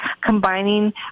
combining